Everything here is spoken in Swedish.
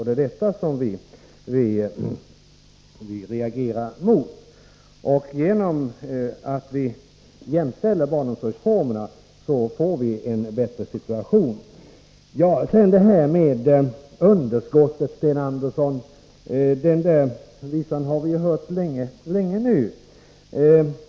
Det är detta vi reagerar mot. Vi anser att man, genom att jämställa barnomsorgsformerna, får en bättre situation. Sedan till detta med underskotten, Sten Andersson. Vi har hört den visan länge.